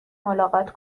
ملاقات